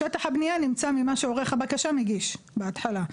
שטח הבנייה נמצא ממה שעורך הבקשה מגיש בהתחלה.